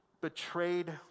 betrayed